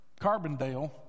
Carbondale